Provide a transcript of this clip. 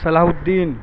صلاح الدین